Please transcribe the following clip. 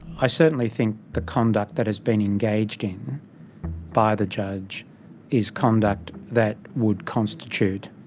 i certainly think the conduct that has been engaged in by the judge is conduct that would constitute